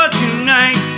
tonight